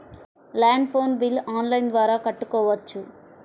Land phone bill online ద్వారా కట్టుకోవచ్చు?